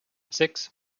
six